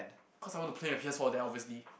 cause I want to play a P_S-four there obviously